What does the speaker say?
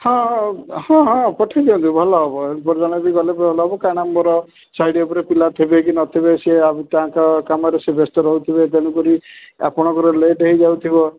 ହଁ ହଁ ହଁ ହଁ ପଠାଇ ଦିଅନ୍ତୁ ଭଲ ହେବ ଲେବର୍ ଜଣେ ବି ଗଲେ ଭଲ ହେବ କାରଣ ମୋର ସାଇଡ଼୍ ଉପରେ ପିଲା ଥିବେ କି ନଥିବେ ସେ ଆଉ ତାଙ୍କ କାମରେ ସେ ବ୍ୟସ୍ତ ରହୁଥିବେ ତେଣୁ କରି ଆପଣଙ୍କର ଲେଟ୍ ହେଇ ଯାଉଥିବ